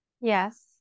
Yes